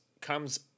comes